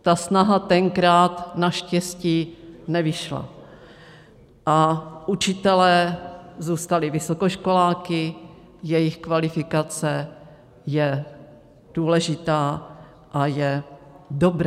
Ta snaha tenkrát naštěstí nevyšla a učitelé zůstali vysokoškoláky, jejich kvalifikace je důležitá a je dobrá.